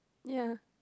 ya